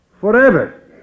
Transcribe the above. forever